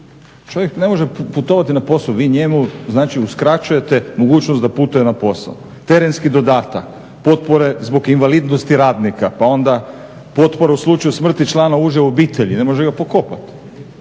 Čovjek ne može putovati na posao, vi njemu znači uskraćujete mogućnost da putuje na posao, terenski dodatak potpore zbog invalidnosti radnika. Pa onda potpore u slučaju smrti člana uže obitelji, ne može ga pokopati.